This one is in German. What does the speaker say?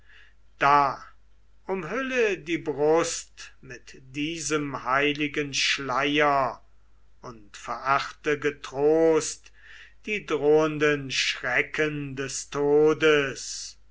da umhülle die brust mit diesem heiligen schleier und verachte getrost die drohenden schrecken des todes